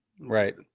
Right